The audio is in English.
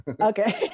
Okay